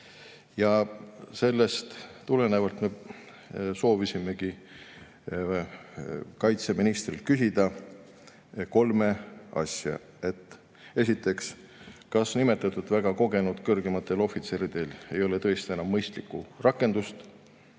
Sellest tulenevalt me soovisimegi kaitseministrilt küsida kolme asja. Esiteks: kas nimetatud väga kogenud kõrgematel ohvitseridel ei ole tõesti enam mõistlikku rakendust